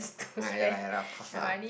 ah ya lah ya lah of course lah